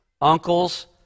uncles